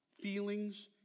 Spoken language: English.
feelings